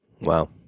Wow